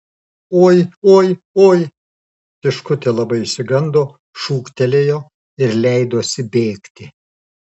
oi oi oi tiškutė labai išsigando šūktelėjo ir leidosi bėgti